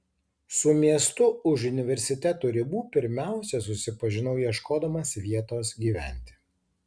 su miestu už universiteto ribų pirmiausia susipažinau ieškodamas vietos gyventi